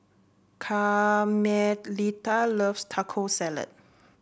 Carmelita loves Taco Salad